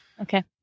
Okay